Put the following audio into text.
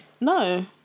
No